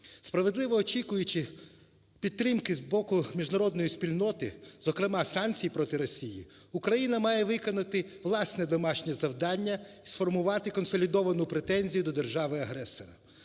Справедливо очікуючи підтримки з боку міжнародної спільноти, зокрема санкцій проти Росії, Україна має виконати власне домашнє завдання: сформувати консолідовану претензію до держави-агресора.